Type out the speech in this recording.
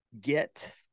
get